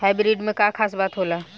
Hybrid में का खास बात होला?